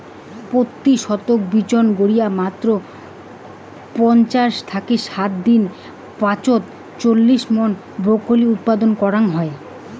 পত্যি শতক বিচন গাড়িয়া মাত্র পঞ্চাশ থাকি ষাট দিন পাছত চল্লিশ মন ব্রকলি উৎপাদন করাং হই